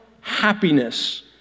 happiness